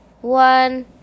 one